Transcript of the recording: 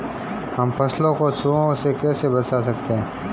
हम फसलों को चूहों से कैसे बचा सकते हैं?